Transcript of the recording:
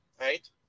right